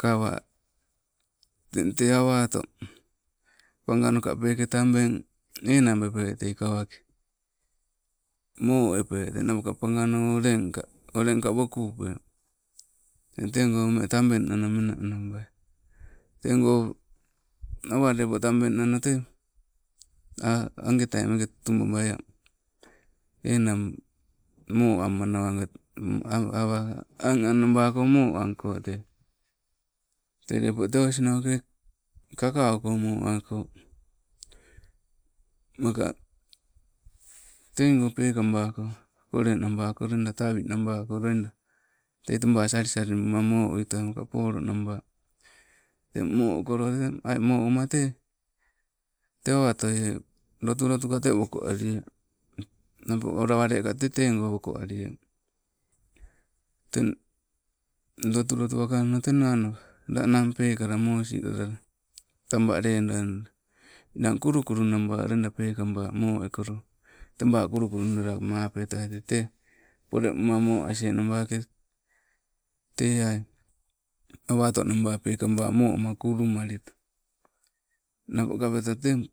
kawa, teng tee awato paganoka ppeke tabeng enang bepe tei kawake, moo eppe, teng napoka paganoka olenka, olenka woku upee, eng tego ume tabeng nano mena menababai. Tego o awa lepo tabeng nanong tee, ah, agetai meke tutu babai enang, mo amanawa, awa an an nabako tee moo anko tee, tee lepo te osinoke kakauko moako maka, teigo pekabako, kokolenabakoloida tawi nabakoiloida, tee teba sali salimbuma moo uitoai makaa polo nabaa. Teng moo ukolo tee, aii mo uma tee, tewa otoie lotulotu te tee woko alie, nappo olowaleka tee tego woko alie. Teng, lotulotu wakammo tee nano, laa nang pekala misolalala. Taba leduainang kulukulu naba loida peekaba mo ekolo, teba kulu kuluida lama, apei towai te tee, pole moma moo asienabake, te ai, awatonaba peekaba moo ama kulumalito. Napo kapeta teng